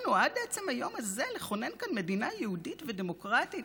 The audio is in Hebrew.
הצלחנו עד עצם היום הזה לכונן כאן מדינה יהודית ודמוקרטית